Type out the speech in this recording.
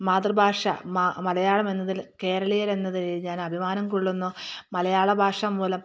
മാതൃഭാഷാ മലയാളമെന്നതിൽ കേരളീയരെന്ന നിലയിൽ ഞാൻ അഭിമാനം കൊള്ളുന്നു മലയാളഭാഷ മൂലം